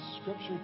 scripture